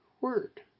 word